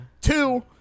Two